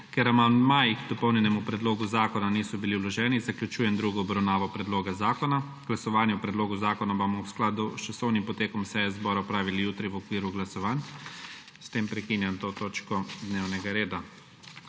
ker amandmaji h končni določbi niso bili vloženi, zaključujem drugo obravnavo predloga zakona. Odločanje o predlogu zakona bomo v skladu s časovnim potekom seje zbora opravili jutri v okviru glasovanj. S tem prekinjam to točko dnevnega reda.